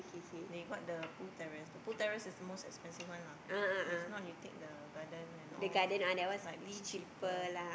they got the pool terrace the pool terrace is the most expensive one lah if not you take the garden and all slightly cheaper